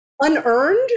unearned